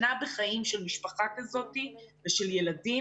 שנה בחיים של משפחה כזאת ושל ילדים,